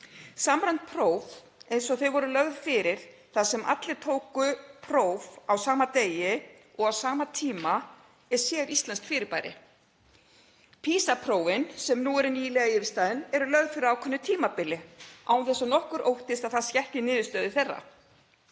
Samræmd próf eins og þau voru lögð fyrir þar sem allir tóku próf á sama degi og á sama tíma er séríslenskt fyrirbæri. PISA-prófin, sem nú eru nýlega yfirstaðin, eru lögð fyrir á ákveðnu tímabili án þess að nokkur óttist að það skekki niðurstöður þeirra.